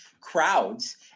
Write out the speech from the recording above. crowds